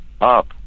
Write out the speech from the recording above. up